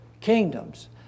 kingdoms